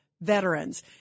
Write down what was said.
veterans